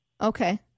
Okay